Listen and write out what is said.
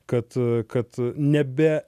kad kad nebe